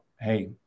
hey